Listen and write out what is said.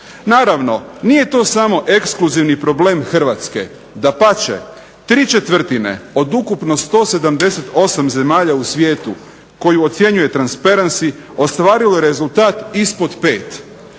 Naravno, nije to samo ekskluzivni problem Hrvatske. Dapače, ¾ od ukupno 178 zemalja u svijetu koje ocjenjuje Transparency ostvarilo je rezultat ispod 5.